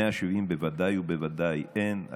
170 בוודאי ובוודאי אין,